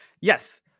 Yes